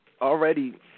already